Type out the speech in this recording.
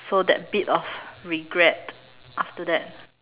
so that bit of regret after that